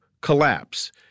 collapse